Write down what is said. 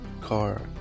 car